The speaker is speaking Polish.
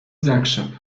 zakrzep